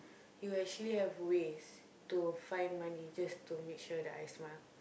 you actually have ways to find money just to make sure that I smile